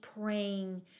praying